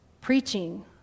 preaching